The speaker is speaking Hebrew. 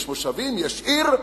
יש מושבים ויש עיר.